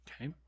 okay